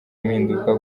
impinduka